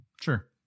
Sure